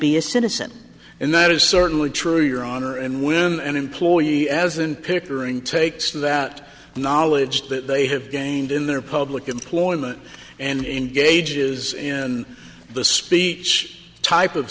be a citizen and that is certainly true your honor and when an employee as an pickering takes to that knowledge that they have gained in their public employment and engages in the speech type of